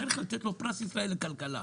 צריך לתת לו פרס ישראל לכלכלה,